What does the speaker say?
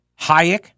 Hayek